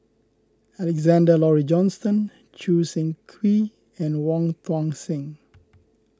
Alexander Laurie Johnston Choo Seng Quee and Wong Tuang Seng